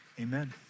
Amen